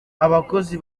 abakozi